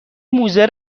موزه